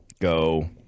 go